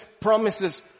promises